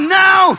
now